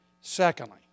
Secondly